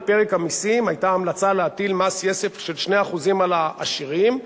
בפרק המסים היתה המלצה להטיל מס יסף של 2% על העשירים,